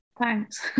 thanks